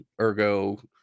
ergo